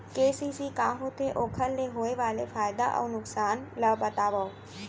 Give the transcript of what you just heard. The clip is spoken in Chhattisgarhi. के.सी.सी का होथे, ओखर ले होय वाले फायदा अऊ नुकसान ला बतावव?